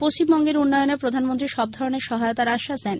পশ্চিমবঙ্গের উন্নয়নে প্রধানমন্ত্রী সবধরনের সহায়তার আশ্বাস দেন